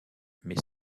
mais